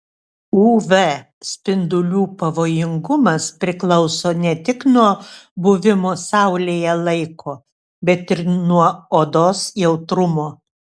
uv spindulių pavojingumas priklauso ne tik nuo buvimo saulėje laiko bet ir nuo odos jautrumo